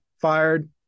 fired